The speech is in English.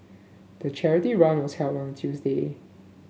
the charity run was held on a Tuesday